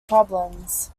problems